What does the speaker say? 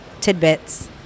tidbits